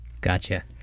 Gotcha